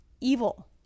evil